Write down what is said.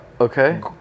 Okay